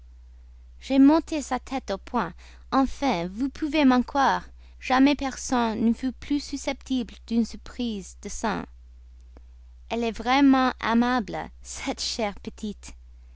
monté sa tête au point enfin vous pouvez m'en croire jamais personne ne fut plus susceptible d'une surprise des sens elle est vraiment aimable cette chère petite